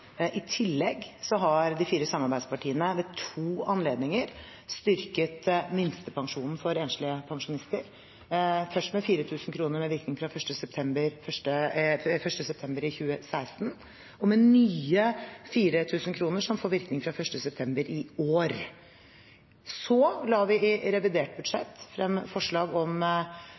I tillegg har de fire samarbeidspartiene ved to anledninger styrket minstepensjonen for enslige pensjonister, først med 4 000 kr med virkning fra 1. september 2016 og med nye 4 000 kr som får virkning fra 1. september i år. Så la vi i revidert budsjett frem forslag om